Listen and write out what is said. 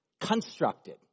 constructed